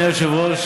היושב-ראש,